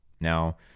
Now